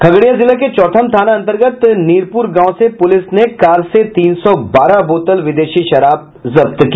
खगड़िया जिले के चौथम थाना अंतर्गत नीरपुर गांव में पुलिस ने एक कार से तीन सौ बारह बोतल विदेशी शराब जब्त की